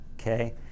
okay